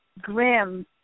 Grim